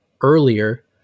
earlier